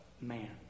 man